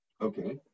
Okay